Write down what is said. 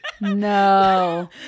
no